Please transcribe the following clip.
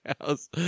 house